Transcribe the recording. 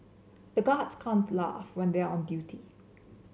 the guards can't laugh when they are on duty